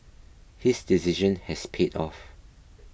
his decision has paid off